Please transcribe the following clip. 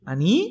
Ani